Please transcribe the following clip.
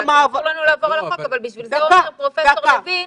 אסור לנו לעבור על החוק אבל בגלל זה אומר פרופ' לוין: